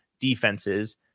defenses